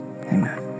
Amen